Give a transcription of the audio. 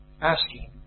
asking